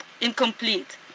incomplete